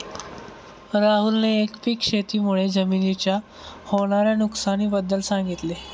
राहुलने एकपीक शेती मुळे जमिनीच्या होणार्या नुकसानी बद्दल सांगितले